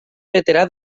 veterà